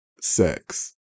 sex